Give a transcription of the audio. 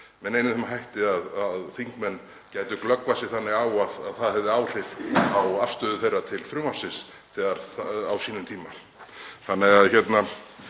með neinum þeim hætti að þingmenn gætu glöggvað sig á þeim þannig að það hefði áhrif á afstöðu þeirra til frumvarpsins á sínum tíma.